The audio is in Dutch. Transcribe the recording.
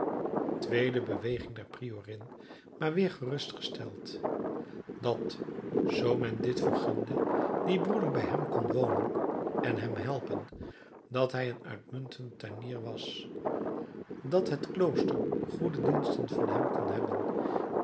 dat zoo men dit vergunde die broeder bij hem kon wonen en hem helpen dat hij een uitmuntend tuinier was dat het klooster goede diensten van hem kon hebben